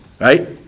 right